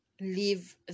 leave